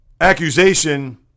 accusation